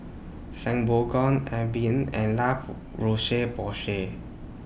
Avene and La Roche Porsay